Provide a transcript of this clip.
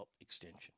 extension